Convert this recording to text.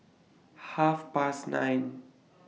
Half Past nine